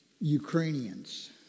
Ukrainians